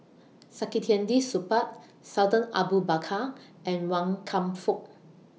Saktiandi Supaat Sultan Abu Bakar and Wan Kam Fook